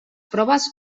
proves